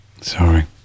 sorry